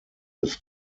des